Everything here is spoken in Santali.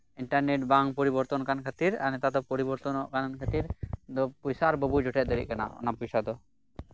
ᱤᱱᱴᱟᱨᱱᱮᱴ ᱵᱟᱝ ᱯᱚᱨᱤᱵᱚᱨᱛᱚᱱ ᱟᱠᱟᱱ ᱠᱷᱟ ᱛᱤᱨ ᱟᱨ ᱱᱮᱛᱟᱨ ᱫᱚ ᱯᱚᱨᱤᱵᱚᱨᱛᱚᱱᱚᱜ ᱠᱟᱱ ᱠᱷᱟᱹᱛᱤᱨ ᱱᱤᱛ ᱫᱚ ᱯᱚᱭᱥᱟ ᱟᱨ ᱵᱟᱵᱚᱱ ᱡᱚᱴᱮᱫ ᱫᱟᱲᱮᱭᱟᱜ ᱠᱟᱱᱟ ᱚᱱᱟ ᱯᱚᱭᱥᱟ ᱫᱚ